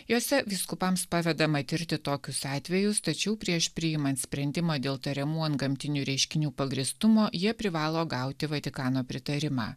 jose vyskupams pavedama tirti tokius atvejus tačiau prieš priimant sprendimą dėl tariamų antgamtinių reiškinių pagrįstumo jie privalo gauti vatikano pritarimą